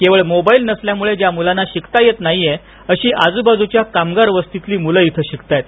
केवळ मोबाईल नसल्यामुळे ज्या मुलांना शिकता येत नाहीये अशी आजूबाजूच्या कामगार वस्तीतली मुलं इथं शिकताहेत